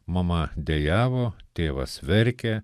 mama dejavo tėvas verkė